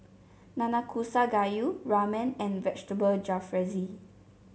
Nanakusa Gayu Ramen and Vegetable Jalfrezi